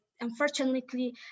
unfortunately